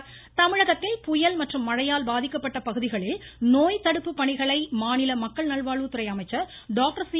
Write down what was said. விஜயபாஸ்கர் தமிழகத்தில் புயல் மற்றும் மழையால் பாதிக்கப்பட்ட பகுதிகளில் நோய் தடுப்பு பணிகளை மாநில மக்கள் நல்வாழ்வுத்துறை அமைச்சர் டாக்டர் சி